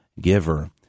giver